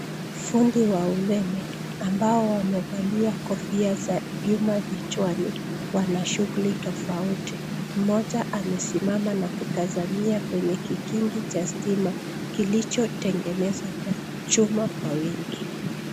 Fundi wa umeme ambao wamevalia kofia za vyuma vichwani wanashughuli tofauti. Mmoja amesimama na kutazamia kwenye kikingi cha stima kilichotengenezwa kwa chuma kwa wingi.